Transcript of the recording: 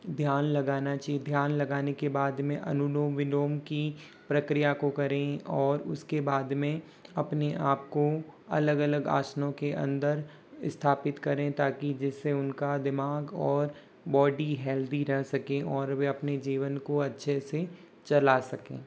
ध्यान लगाना चाहिए ध्यान लगाने के बाद में अनुलोम विलोम की प्रक्रिया को करें और उसके बाद में अपने आप को अलग अलग आसनों के अंदर स्थापित करें ताकि जिससे उनका दिमाग और बॉडी हेल्दी रह सकें और वह अपने जीवन को अच्छे से चला सकें